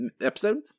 episode